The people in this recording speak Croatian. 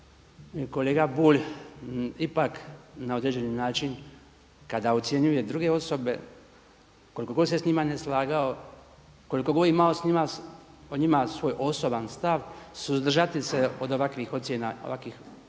kolega Bulj ipak na određeni način kada ocjenjuje druge osobe koliko god se s njima neslagao, koliko god imao o njima svoj osoban stav suzdržati se od ovakvih ocjena prije nego